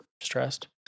stressed